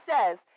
says